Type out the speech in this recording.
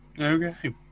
Okay